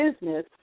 business